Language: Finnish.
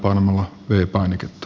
arvoisa herra puhemies